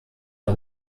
der